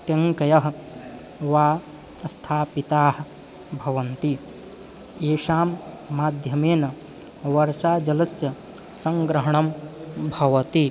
तेङ्कयः वा स्थापिताः भवन्ति येषां माध्यमेन वर्षाजलस्य सङ्ग्रहणं भवति